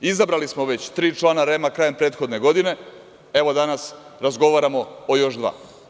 Izabrali smo već tri člana REM-a krajem prethodne godine, a evo danas razgovaramo o još dva.